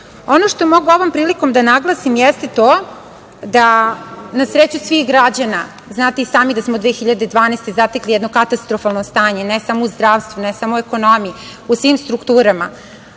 što mogu ovom prilikom da naglasim jeste to da na sreću svih građana, znate i sami da smo 2012. godine zatekli jedno katastrofalno stanje, ne samo u zdravstvu, ne samo u ekonomiji, u svim strukturama,